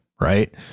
right